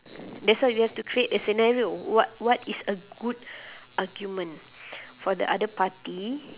that's why you have to create a scenario what what is a good argument for the other party